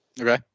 Okay